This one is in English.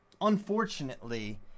unfortunately